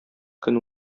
көн